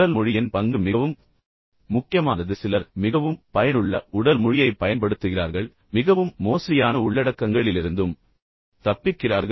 உடல் மொழியின் பங்கு மிகவும் முக்கியமானது என்று நான் உங்களுக்குச் சொன்னேன் சிலர் மிகவும் பயனுள்ள உடல் மொழியைப் பயன்படுத்துகிறார்கள் மேலும் மிகவும் மோசடியான உள்ளடக்கங்களிலிருந்தும் தப்பிக்கிறார்கள்